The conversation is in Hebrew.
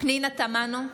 פנינה תמנו,